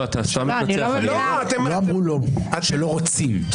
לא אמרנו שלא רוצים.